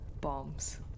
bombs